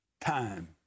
time